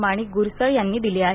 माणिक गुरसळ यांनी दिले आहेत